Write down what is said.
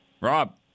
Rob